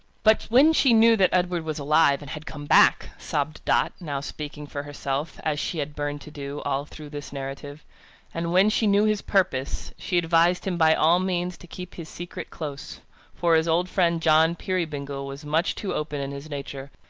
but when she knew that edward was alive, and had come back, sobbed dot, now speaking for herself, as she had burned to do, all through this narrative and when she knew his purpose, she advised him by all means to keep his secret close for his old friend john peerybingle was much too open in his nature,